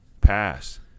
Pass